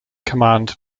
command